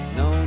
no